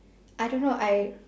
I don't know I